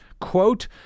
Quote